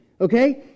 Okay